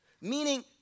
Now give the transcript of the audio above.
Meaning